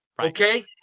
Okay